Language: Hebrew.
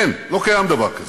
אין, לא קיים דבר כזה.